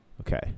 Okay